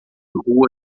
rua